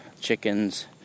chickens